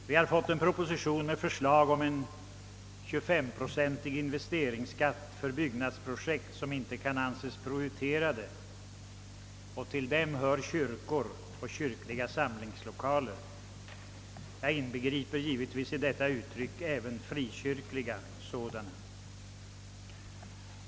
Vi har fått en proposition med förslag om en 25-procentig investeringsskatt för byggnadsprojekt, som icke kan anses prioriterade, och till dem hör kyrkor och kyrkliga samlingslokaler — jag inbegriper givetvis i detta uttryck även frikyrkliga sådana.